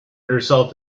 herself